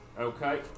Okay